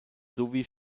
sowie